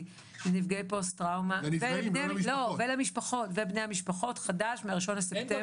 לנפגעי פוסט טראומה ולמשפחות חדש מה-1.9.